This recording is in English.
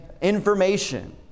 information